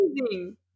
amazing